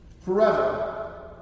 Forever